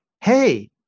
hey